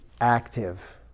active